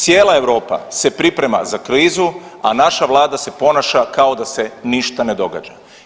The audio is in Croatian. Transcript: Cijela Europa se priprema za krizu, a naša Vlada se ponaša kao da se ništa ne događa.